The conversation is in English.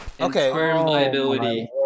Okay